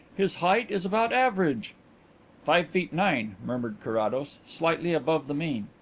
his height is about average five feet nine, murmured carrados. slightly above the mean.